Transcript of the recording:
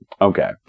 Okay